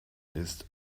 ist